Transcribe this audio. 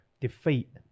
defeat